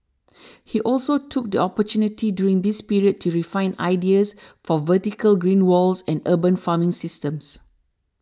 he also took the opportunity during this period to refine ideas for vertical green walls and urban farming systems